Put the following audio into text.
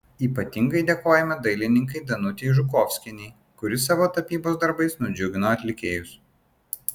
ypatingai dėkojame dailininkei danutei žukovskienei kuri savo tapybos darbais nudžiugino atlikėjus